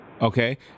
Okay